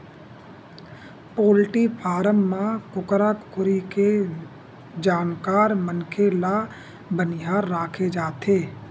poultry farm म कुकरा कुकरी के जानकार मनखे ल बनिहार राखे जाथे